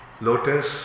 lotus